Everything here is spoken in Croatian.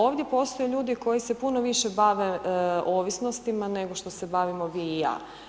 Ovdje postoje ljudi koji se puno više bave ovisnostima nego što se bavimo vi i ja.